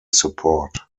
support